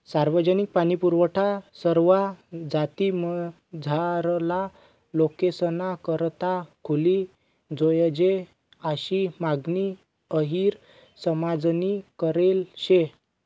सार्वजनिक पाणीपुरवठा सरवा जातीमझारला लोकेसना करता खुली जोयजे आशी मागणी अहिर समाजनी करेल शे